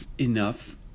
enough